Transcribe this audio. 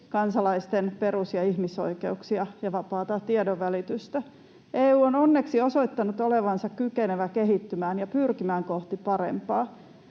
kansalaisten perus- ja ihmisoikeuksia ja vapaata tiedonvälitystä. EU on onneksi osoittanut olevansa kykenevä kehittymään ja pyrkimään kohti parempaa.